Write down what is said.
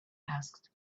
asked